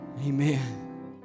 Amen